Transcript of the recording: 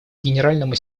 генеральному